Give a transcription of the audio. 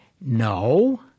no